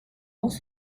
dans